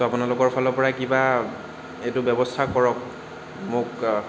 ছ' আপোনালোকৰ ফালৰ পৰা কিবা এইটো ব্যৱস্থা কৰক মোক